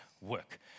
work